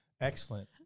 Excellent